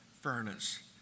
furnace